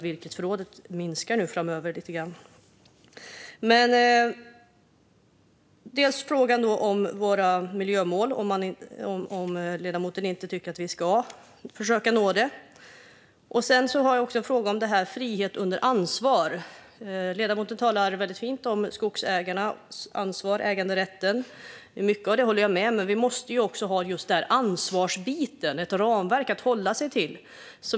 Virkesförrådet minskar dessutom lite grann framöver. Mina frågor gäller alltså dels miljömålen och om ledamoten inte tycker att vi ska försöka nå dem, dels detta med frihet under ansvar. Ledamoten talade väldigt fint om skogsägarnas ansvar och om äganderätten. Mycket av det håller jag med om, men vi måste också ha ett ramverk som man kan hålla sig till.